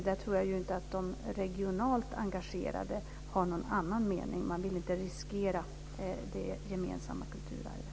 Jag tror inte att de regionalt engagerade har någon annan mening. Man vill inte riskera det gemensamma kulturarvet.